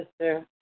sister